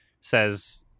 says